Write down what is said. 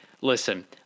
Listen